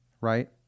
right